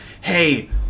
hey